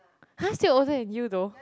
[huh] still older than you though